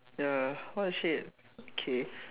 ya what the shit mm k